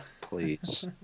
Please